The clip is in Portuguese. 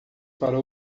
para